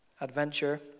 adventure